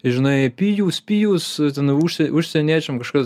žinai pijus pijus ten užsie užsieniečiam kažkas